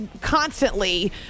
constantly